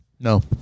No